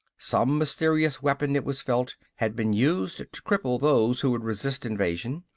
some mysterious weapon, it was felt, had been used to cripple those who would resist invasion,